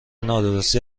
نادرستی